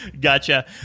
Gotcha